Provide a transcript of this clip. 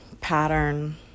pattern